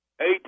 eight